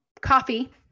coffee